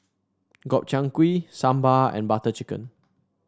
Gobchang Gui Sambar and Butter Chicken